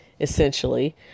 essentially